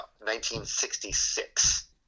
1966